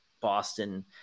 Boston